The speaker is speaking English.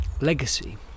legacy